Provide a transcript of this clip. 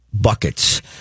buckets